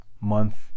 month